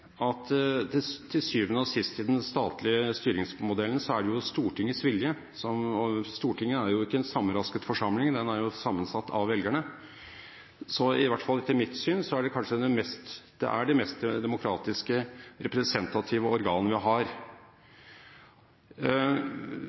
at det til syvende og sist i den statlige styringsmodellen er Stortinget – Stortinget er ikke en sammenrasket forsamling, det er sammensatt av velgerne – som er det mest demokratiske, representative organ vi har. Hvis jeg kan få lov til å si det,